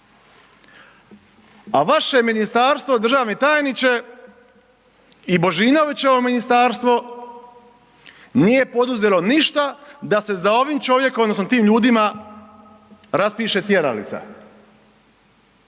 A vaše ministarstvo državni tajniče i Božinovićevo ministarstvo nije poduzelo ništa da se za ovim čovjekom odnosno tim ljudima raspiše tjeralica.